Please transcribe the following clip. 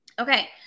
Okay